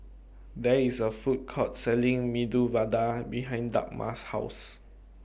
There IS A Food Court Selling Medu Vada behind Dagmar's House